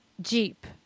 Jeep